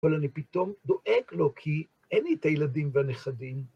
אבל אני פתאום דואג לו כי אין לי את הילדים והנכדים.